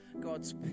God's